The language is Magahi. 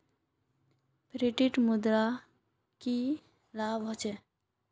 फिएट मुद्रार की लाभ होचे?